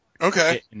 Okay